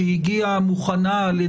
שהוקמה בזכות מאמציו של חבר הכנסת בני בגין,